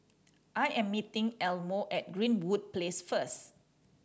I am meeting Elmo at Greenwood Place first